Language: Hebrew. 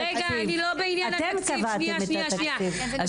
אתם קבעתם את התקציב.